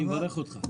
אני מברך אותך.